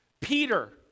Peter